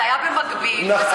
זה היה במקביל, וזה מה שזה היה.